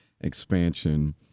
expansion